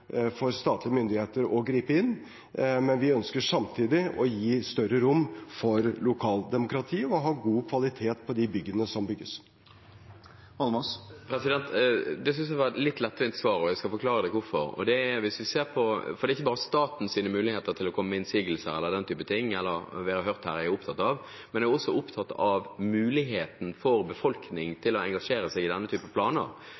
for statlige myndigheter til å gripe inn, men vi ønsker samtidig å gi større rom for lokaldemokratiet og ha god kvalitet på de byggene som bygges. Det synes jeg var et litt lettvint svar, og jeg skal forklare hvorfor. Det er ikke bare statens muligheter til å komme med innsigelser eller den type ting vi har hørt her, som jeg er opptatt av, men jeg er også opptatt av muligheten for befolkningen til å engasjere seg i denne type planer.